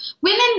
Women